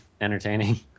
entertaining